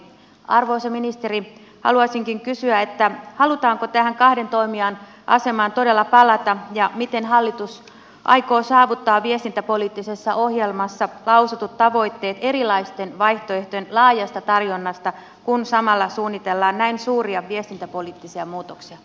arvoisa ministeri haluaisinkin kysyä halutaanko tähän kahden toimijan asemaan todella palata ja miten hallitus aikoo saavuttaa viestintäpoliittisessa ohjelmassa lausutut tavoitteet erilaisten vaihtoehtojen laajasta tarjonnasta kun samalla suunnitellaan näin suuria viestintäpoliittisia muutoksia